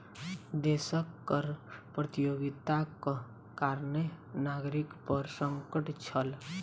देशक कर प्रतियोगिताक कारणें नागरिक पर संकट छल